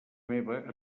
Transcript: meva